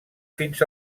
fins